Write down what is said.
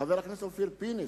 חבר הכנסת אופיר פינס,